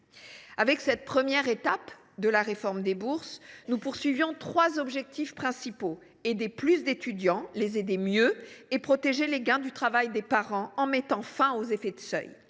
Avec cette première étape de la réforme des bourses, nous avions trois objectifs principaux : aider plus d’étudiants, les aider mieux et protéger les gains du travail des parents, en mettant fin aux effets de seuil.